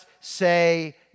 say